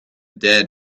dead